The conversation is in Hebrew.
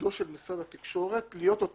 -- משרד התקשורת חייבים לייצג את עמדת